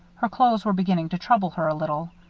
her clothes were beginning to trouble her a little.